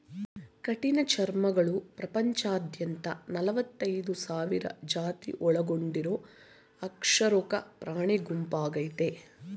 ಕಠಿಣಚರ್ಮಿಗಳು ಪ್ರಪಂಚದಾದ್ಯಂತ ನಲವತ್ತೈದ್ ಸಾವಿರ ಜಾತಿ ಒಳಗೊಂಡಿರೊ ಅಕಶೇರುಕ ಪ್ರಾಣಿಗುಂಪಾಗಯ್ತೆ